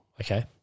okay